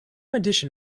edition